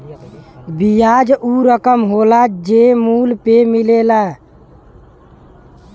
बियाज ऊ रकम होला जे मूल पे मिलेला